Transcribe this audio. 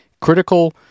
critical